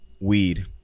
weed